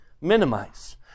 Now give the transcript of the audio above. minimize